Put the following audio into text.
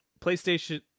PlayStation